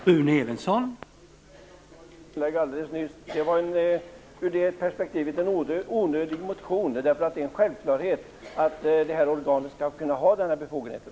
Herr talman! Som jag sade alldeles nyss var detta ur det perspektivet en onödig motion. Det är nämligen en självklarhet att det här organet skall kunna ha den här befogenheten.